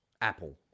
Apple